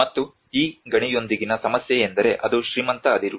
ಮತ್ತು ಈ ಗಣಿಯೊಂದಿಗಿನ ಸಮಸ್ಯೆ ಎಂದರೆ ಅದು ಶ್ರೀಮಂತ ಅದಿರು